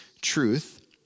truth